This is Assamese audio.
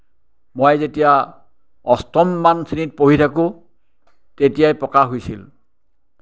মই যেতিয়া অষ্টমমান শ্ৰেণীত পঢ়ি থাকোঁ তেতিয়াই প্ৰকাশ হৈছিল